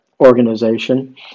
organization